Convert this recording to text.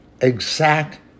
exact